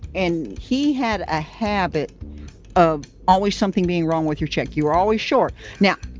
and he had a habit of always something being wrong with your check. you were always short. now,